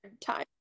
time